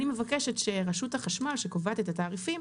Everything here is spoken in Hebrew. אני מבקשת שרשות החשמל שקובעת את התעריפים,